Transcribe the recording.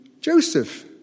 Joseph